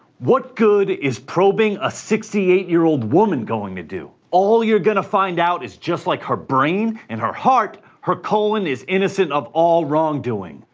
what good is probing a sixty eight year old woman going to do? all you're going to find out is, just like her brain and her heart, her colon is innocent of all wrong-doing.